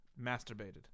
Masturbated